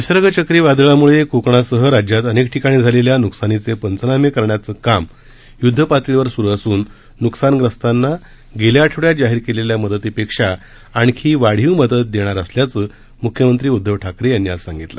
निसर्ग चक्रीवादळामुळे कोकणसह राज्यात अनेक ठिकाणी झालेल्या नुकसानीचे पंचनामे करण्यातं काम युद्ध पातळीवर सुरु असून नुकसानग्रस्तांना गेल्या आठवड्यात जाहीर केलेल्या मदतीपेक्षा आणखी वाढीव मदत देणार असल्याचं मुख्यमंत्री उद्धव ठाकरे यांनी आज सांगितलं